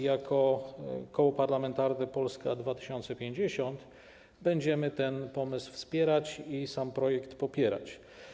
Jako Koło Parlamentarne Polska 2050 będziemy ten pomysł wspierać i sam projekt popierać.